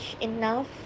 enough